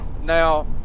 now